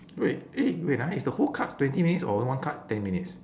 wait eh wait ah is the whole cards twenty minutes or only one card ten minutes